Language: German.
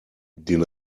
den